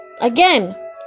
again